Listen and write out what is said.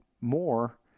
more